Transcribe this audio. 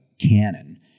canon